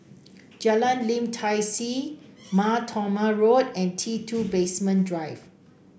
Jalan Lim Tai See Mar Thoma Road and T two Basement Drive